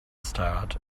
start